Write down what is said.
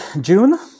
June